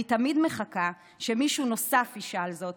אני תמיד מחכה שמישהו נוסף ישאל זאת,